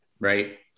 right